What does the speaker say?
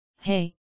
hey